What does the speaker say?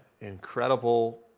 incredible